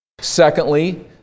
Secondly